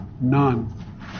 none